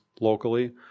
locally